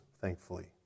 thankfully